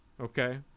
Okay